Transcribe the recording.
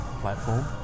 platform